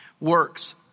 works